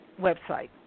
website